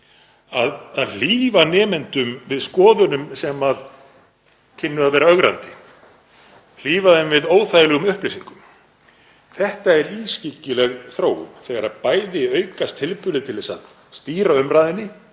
að hlífa nemendum við skoðunum sem kynnu að vera ögrandi, hlífa þeim við óþægilegum upplýsingum. Þetta er ískyggileg þróun þegar bæði aukast tilburðir til að stýra umræðunni,